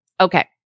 Okay